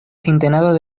sintenado